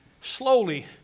slowly